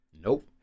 Nope